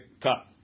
Cut